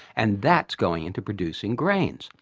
and that is going into producing grains.